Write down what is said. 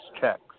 checks